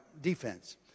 defense